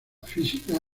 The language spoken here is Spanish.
física